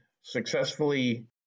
successfully